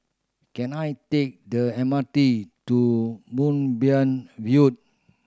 can I take the M R T to Moonbeam View